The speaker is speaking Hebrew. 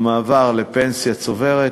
המעבר לפנסיה צוברת.